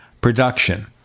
Production